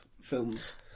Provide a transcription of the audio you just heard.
films